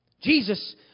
jesus